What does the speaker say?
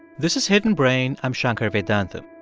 this is hidden brain. i'm shankar vedantam.